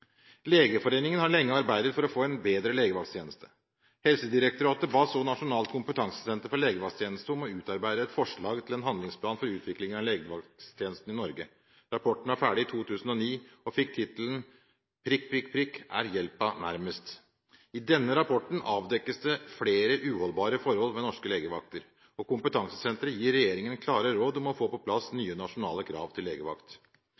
Legeforeningen har lenge arbeidet for å få en bedre legevakttjeneste. Helsedirektoratet ba så Nasjonalt kompetansesenter for legevaktmedisin om å utarbeide et forslag til en handlingsplan for utvikling av legevakttjenesten i Norge. Rapporten var ferdig i 2009 og fikk tittelen «… er hjelpa nærmast!» I denne rapporten avdekkes det flere uholdbare forhold ved norske legevakter. Kompetansesenteret gir regjeringen klare råd om å få på plass nye nasjonale krav til legevakt.